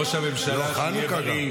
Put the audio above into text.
גם חנוכה.